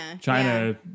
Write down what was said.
China